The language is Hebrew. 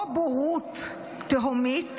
או בורות תהומית,